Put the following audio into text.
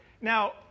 Now